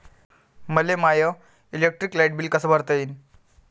मले my electric light bill कस भरता येईल?